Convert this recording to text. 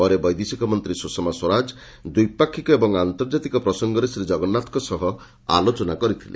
ପରେ ବୈଦେଶିକମନ୍ତ୍ରୀ ସୁଷମା ସ୍ୱରାଜ ଦ୍ୱିପାକ୍ଷିକ ଓ ଆନ୍ତର୍ଜାତିକ ପ୍ରସଙ୍ଗରେ ଶ୍ରୀ ଜଗନ୍ନାଥଙ୍କ ସହ ଆଲୋଚନା କରିଥିଲେ